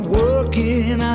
working